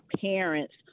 parents